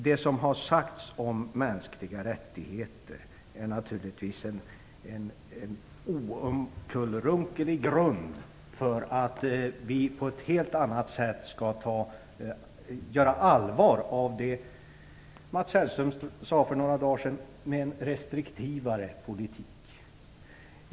Det som har sagts om mänskliga rättigheter är en oomkullrunkelig grund för att vi på ett helt annat sätt än hittills skall göra allvar av det Mats Hellström sade för några dagar sedan om en restriktivare politik härvidlag.